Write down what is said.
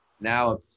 Now